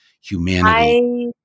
humanity